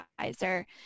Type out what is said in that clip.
advisor